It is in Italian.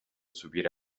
subire